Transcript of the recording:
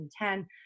2010